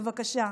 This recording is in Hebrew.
בבקשה.